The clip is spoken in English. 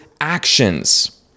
actions